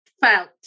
felt